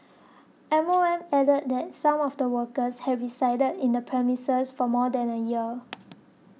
M O M added that some of the workers had resided in the premises for more than a year